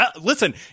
Listen